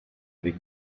avec